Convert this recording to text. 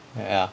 ya